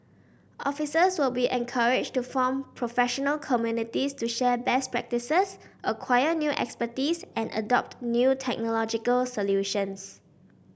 officers will be encouraged to form professional communities to share best practices acquire new expertise and adopt new technological solutions